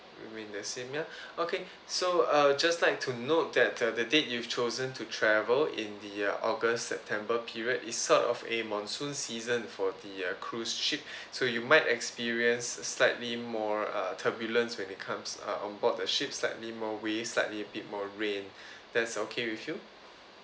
remain the same ya okay so uh just like to note that the the date you've chosen to travel in the uh august september period is sort of a monsoon season for the uh cruise ship so you might experience slightly more uh turbulence when it comes uh on board the ship slightly more wave slightly bit more rain that's okay with you